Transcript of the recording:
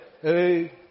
Hey